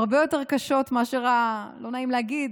הן הרבה יותר קשות מאשר, לא נעים להגיד,